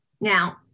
Now